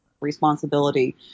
responsibility